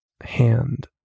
hand